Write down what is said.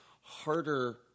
harder